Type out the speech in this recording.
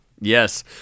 Yes